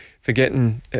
forgetting